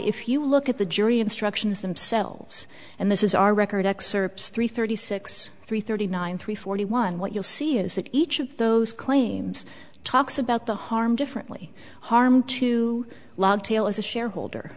if you look at the jury instructions themselves and this is our record excerpts three thirty six three thirty nine three forty one what you'll see is that each of those claims talks about the harm differently harm to log jail as a shareholder